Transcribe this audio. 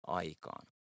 aikaan